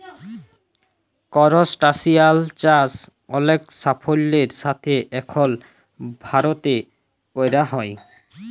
করসটাশিয়াল চাষ অলেক সাফল্যের সাথে এখল ভারতে ক্যরা হ্যয়